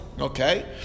Okay